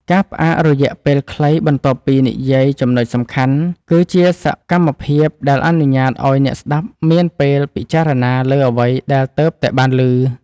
ការផ្អាករយៈពេលខ្លី បន្ទាប់ពីនិយាយចំណុចសំខាន់ គឺជាសកម្មភាពដែលអនុញ្ញាតឱ្យអ្នកស្ដាប់មានពេលពិចារណាលើអ្វីដែលទើបតែបានឮ។